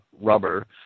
rubber